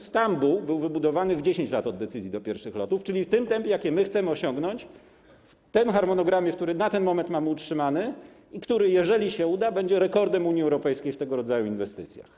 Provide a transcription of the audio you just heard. Stambuł był wybudowany w 10 lat od decyzji do pierwszych lotów, czyli w tym tempie, jakie my chcemy osiągnąć w tym harmonogramie, który na ten moment mamy utrzymany i który, jeżeli się uda, będzie rekordem Unii Europejskiej w tego rodzaju inwestycjach.